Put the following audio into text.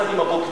יחד עם הבוגדים,